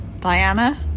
Diana